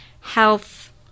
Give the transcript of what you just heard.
health